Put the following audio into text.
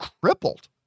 crippled